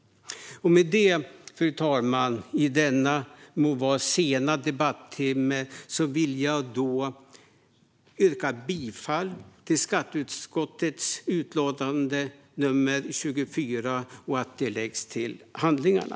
Med detta, fru talman, vill jag i denna sena debattimme yrka bifall till skatteutskottets förslag i utlåtande nr 24 att utlåtandet läggs till handlingarna.